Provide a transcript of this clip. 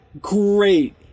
great